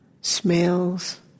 smells